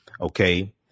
Okay